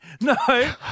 no